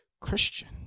Christian